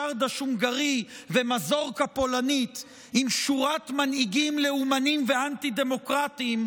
צ'רדש הונגרי ומזורקה פולנית עם שורת מנהיגים לאומניים ואנטי-דמוקרטיים,